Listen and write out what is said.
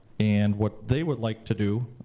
and what they would like to do,